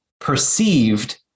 perceived